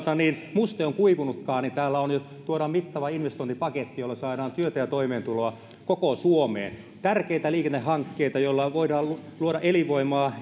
muste on kuivunutkaan niin täällä jo tuodaan mittava investointipaketti jolla saadaan työtä ja toimeentuloa koko suomeen tärkeitä liikennehankkeita joilla voidaan luoda elinvoimaa